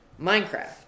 Minecraft